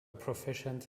proficient